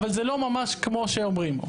אבל זה לא ממש כמו שאומרים.